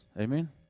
Amen